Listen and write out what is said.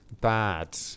bad